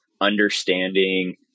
understanding